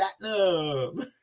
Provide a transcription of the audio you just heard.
Platinum